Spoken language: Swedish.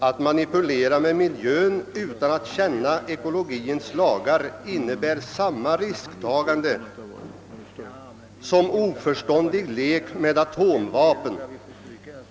Att manipulera med miljön utan att känna ekologins lagar innebär samma risktagande som oförståndig lek med atomvapen.